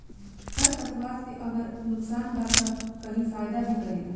खर पतवार से अगर नुकसान बा त कही फायदा भी करेला